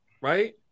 right